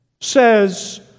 says